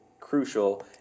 crucial